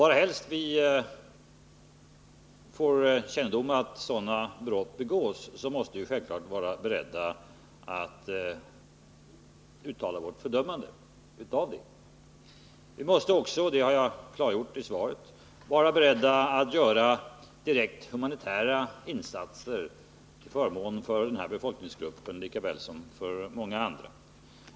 Varhelst sådana brott begås och vi får kännedom om det måste vi självfallet vara beredda att uttala vårt fördömande. Vi måste också — och det har jag klargjort i svaret — vara beredda till direkta humanitära insatser till förmån för denna folkgrupp liksom för många andra.